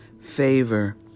favor